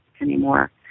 anymore